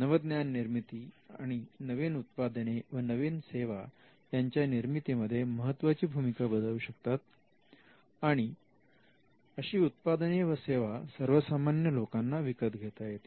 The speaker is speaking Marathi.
नवज्ञान निर्मिती आणि नवीन उत्पादने व नवीन सेवा यांच्या निर्मितीमध्ये महत्वाची भूमिका बजावू शकतील आणि अशी उत्पादने व सेवा सर्वसामान्य लोकांना विकत घेता येतील